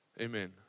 amen